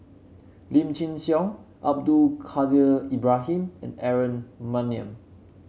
Lim Chin Siong Abdul Kadir Ibrahim and Aaron Maniam